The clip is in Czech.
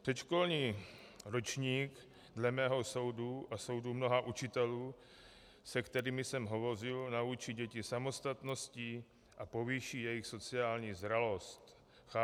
Předškolní ročník dle mého soudu a soudu mnoha učitelů, se kterými jsem hovořil, naučí děti samostatnosti a povýší jejich sociální zralost.